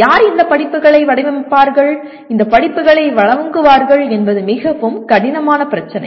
யார் இந்த படிப்புகளை வடிவமைப்பார்கள் யார் இந்த படிப்புகளை வழங்குவார்கள் என்பது மிகவும் கடினமான பிரச்சினை